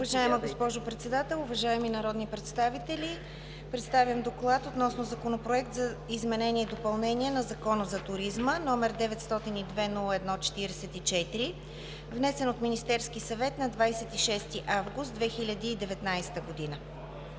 Уважаема госпожо Председател, уважаеми народни представители! Представям: „ДОКЛАД относно Законопроект за изменение и допълнение на Закона за туризма, № 902-01-44, внесен от Министерския съвет на 26 август 2019 г.